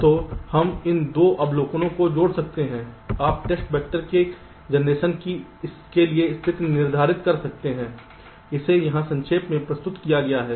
तो हम इन 2 अवलोकनों को जोड़ सकते हैं और आप टेस्ट वैक्टर की जनरेशन के लिए स्थिति निर्धारित कर सकते हैं इसे यहाँ संक्षेप में प्रस्तुत किया गया है